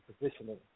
positioning